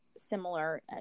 similar